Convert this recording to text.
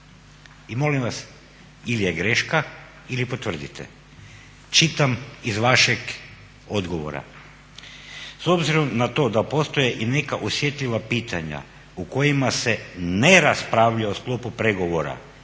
I molim vas, ili je greška ili potvrdite, čitam iz vašeg odgovora s obzirom na to da postoje i neka osjetljiva pitanja u kojima se ne raspravlja u sklopu pregovora